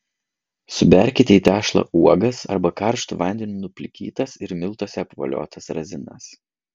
suberkite į tešlą uogas arba karštu vandeniu nuplikytas ir miltuose apvoliotas razinas